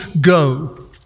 go